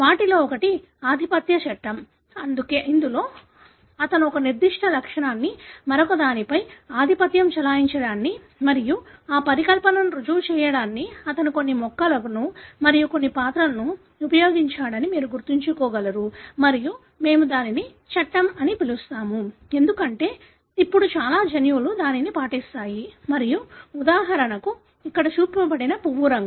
వాటిలో ఒకటి ఆధిపత్య చట్టం ఇందులో అతను ఒక నిర్దిష్ట లక్షణం మరొకదానిపై ఆధిపత్యం చెలాయించాడాన్ని మరియు ఆ పరికల్పనను రుజువు చేయడానికి అతను కొన్ని మొక్కలను మరియు కొన్ని పాత్రలను ఉపయోగించాడని మీరు గుర్తుంచుకోగలరు మరియు మేము దానిని చట్టం అని పిలుస్తాము ఎందుకంటే ఇప్పుడు చాలా జన్యువులు దానిని పాటిస్తాయి మరియు ఉదాహరణకు ఇక్కడ చూపబడినది పువ్వు రంగు